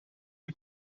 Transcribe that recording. die